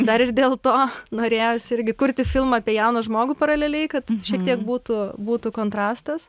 dar ir dėl to norėjosi irgi kurti filmą apie jauną žmogų paraleliai kad šiek tiek būtų būtų kontrastas